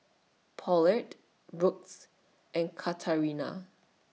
Paulette Brooks and Katarina